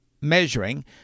measuring